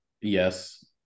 yes